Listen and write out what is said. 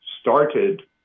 started